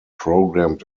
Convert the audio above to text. programmed